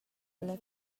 ella